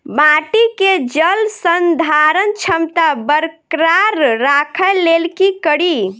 माटि केँ जलसंधारण क्षमता बरकरार राखै लेल की कड़ी?